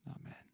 Amen